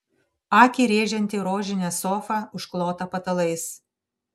akį rėžianti rožinė sofa užklota patalais